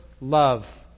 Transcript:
love